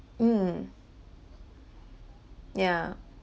mm yeah